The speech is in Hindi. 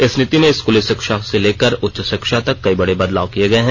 इस नीति में स्कूली शिक्षा से लेकर उच्च शिक्षा तक कई बड़े बदलाव किए गए हैं